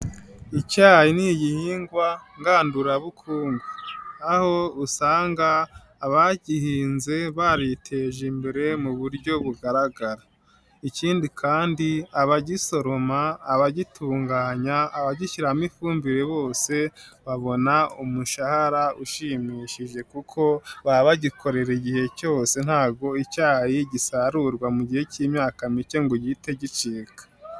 Icyayi ni igihingwa ngandurabukungu, aho usanga abagihinze bariteje imbere mu buryo bugaragara, ikindi kandi abagisoroma, abagitunganya, abagishyiramo ifumbire bose babona umushahara ushimishije kuko baba bagikorera igihe cyose ntago icyayi gisarurwa mu gihe cy'imyaka mike ngo gihite gicika.